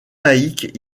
laïques